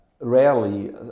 rarely